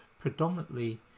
Predominantly